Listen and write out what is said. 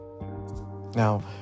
now